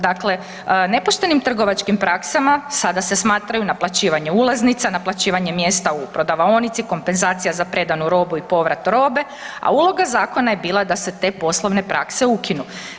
Dakle, nepoštenim trgovačkim praksama sada se smatraju naplaćivanje ulaznica, naplaćivanje mjesta u prodavaonici, kompenzacija za predanu robu i povrat robe, a uloga zakona je bila da se te poslovne prakse ukinu.